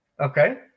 Okay